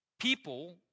people